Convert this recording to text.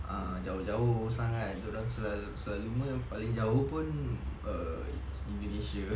jauh-jauh sangat dia orang selal~ selalu pun paling jauh pun err indonesia